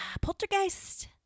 Poltergeist